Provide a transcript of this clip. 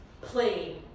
Play